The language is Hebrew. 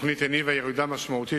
התוכנית הניבה ירידה משמעותית,